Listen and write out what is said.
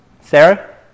Sarah